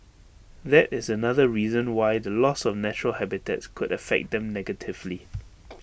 that is another reason why the loss of natural habitats could affect them negatively